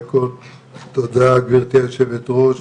תודה גבירתי היושבת ראש.